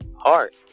heart